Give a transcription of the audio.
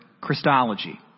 Christology